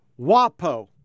WAPO